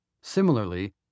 Similarly